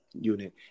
unit